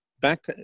back